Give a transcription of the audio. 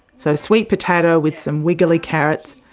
so, sweet potato with some wiggly carrots,